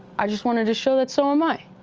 i just wanted to show that so am i.